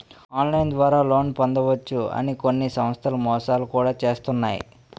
online ద్వారా loan పొందవచ్చు అని కొన్ని సంస్థలు మోసాలు కూడా చేస్తున్నాయి